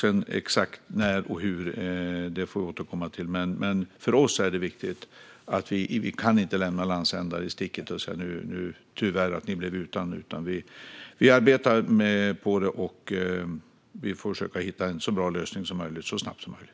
Exakt när och hur får vi återkomma till, men vi kan inte lämna landsändar i sticket och säga "tyvärr, ni blev utan". Det är viktigt för oss. Vi arbetar på det, och vi får försöka hitta en så bra lösning som möjligt så snabbt som möjligt.